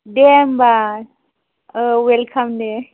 दे होनबा औ वेलकाम दे